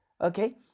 okay